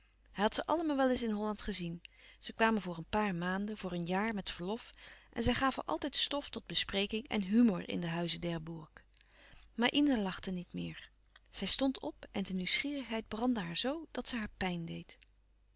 had ze allemaal wel eens in holland gezien ze kwamen voor een paar maanden voor een jaar met verlof en zij gaven altijd stof tot bespreking en humor in den huize d'herbourg maar ina lachte niet meer zij stond op en de nieuwsgierigheid brandde haar zoo dat ze haar pijn deed